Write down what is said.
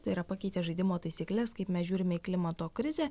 tai yra pakeitė žaidimo taisykles kaip mes žiūrime į klimato krizę